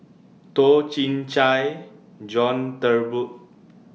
Toh Chin Chye John Turnbull